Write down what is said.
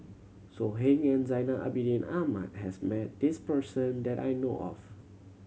So Heng and Zainal Abidin Ahmad has met this person that I know of